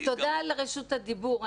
תודה על רשות הדיבור.